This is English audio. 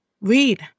Read